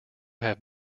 have